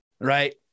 right